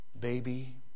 baby